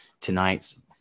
tonight's